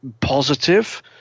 positive